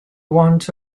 want